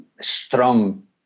strong